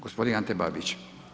Gospodin Ante Babić.